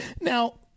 Now